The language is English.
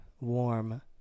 warm